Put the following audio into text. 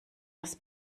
was